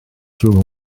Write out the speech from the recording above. rhwng